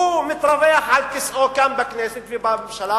הוא מתרווח על כיסאו כאן בכנסת ובממשלה,